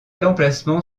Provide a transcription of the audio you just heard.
l’emplacement